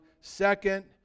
second